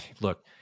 Look